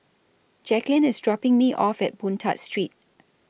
Jacqueline IS dropping Me off At Boon Tat Street